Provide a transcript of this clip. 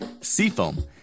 Seafoam